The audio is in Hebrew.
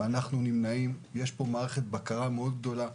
יש מערכת בקרה מאוד גדולה.